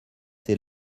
ses